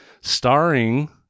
starring